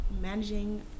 managing